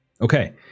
Okay